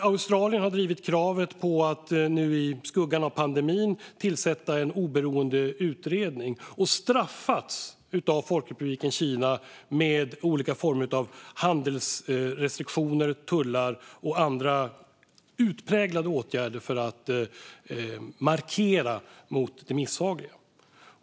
Australien har i skuggan av pandemin drivit kravet på att tillsätta en oberoende utredning och har straffats av Folkrepubliken Kina med olika former av handelsrestriktioner, tullar och andra utpräglade åtgärder, för att markera mot det misshagliga.